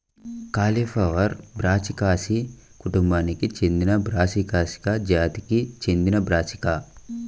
cauliflower brassicaceae కుటుంబానికి చెందినబ్రాసికా జాతికి చెందినబ్రాసికా